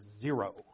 zero